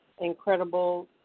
incredible